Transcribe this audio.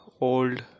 old